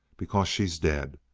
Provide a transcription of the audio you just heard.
because she's dead.